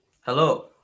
Hello